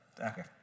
Okay